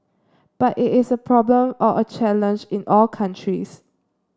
but it is a problem or a challenge in all countries